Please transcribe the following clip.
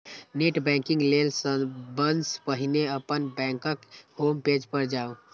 net banking लेल सबसं पहिने अपन बैंकक होम पेज पर जाउ